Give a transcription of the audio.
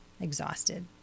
exhausted